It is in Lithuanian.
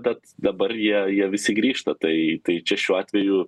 bet dabar jie jie visi grįžta tai tai čia šiuo atveju